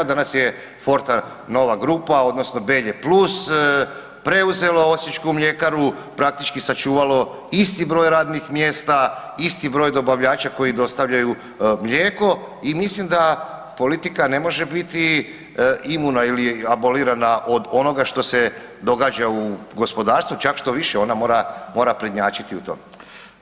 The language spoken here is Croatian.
Danas je „Fortenova grupa“ odnoso „Belje plus“ preuzelo osječku mljekaru i praktički sačuvalo isti broj radnih mjesta i isti broj dobavljača koji dostavljaju mlijeko i mislim da politika ne može biti imuna ili abolirana od onoga što se događa u gospodarstvu, čak štoviše ona mora, mora prednjačiti u tome.